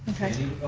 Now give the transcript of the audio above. thank you